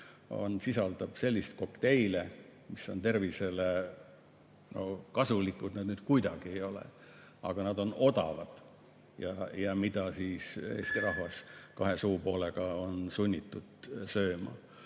sisaldab selliseid kokteile, mis tervisele ... No kasulikud need nüüd kuidagi ei ole, aga nad on odavad, ja neid on Eesti rahvas kahe suupoolega sunnitud sööma.